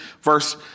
Verse